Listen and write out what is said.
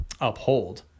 uphold